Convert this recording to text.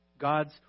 God's